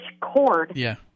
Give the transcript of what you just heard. cord